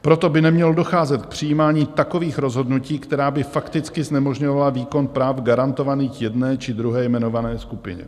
Proto by nemělo docházet k přijímání takových rozhodnutí, která by fakticky znemožňovala výkon práv garantovaných jedné či druhé jmenované skupině.